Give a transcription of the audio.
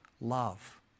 love